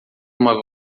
uma